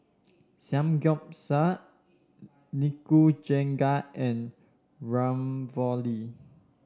Samgyeopsal Nikujaga and Ravioli